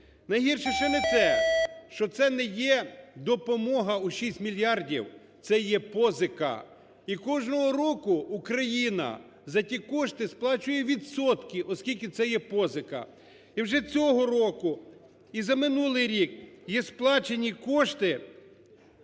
Найгірше ще не це, що це не є допомога у 6 мільярдів, це є позика. І кожного року Україна за ті кошти сплачує відсотки, оскільки, це є позика і вже цього року, і за минулий рік є сплачені кошти